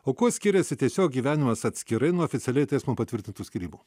o kuo skiriasi tiesiog gyvenimas atskirai nuo oficialiai teismo patvirtintų skyrybų